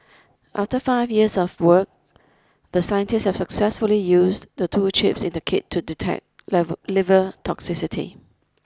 after five years of work the scientists have successfully used the two chips in the kit to detect liver toxicity